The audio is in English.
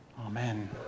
Amen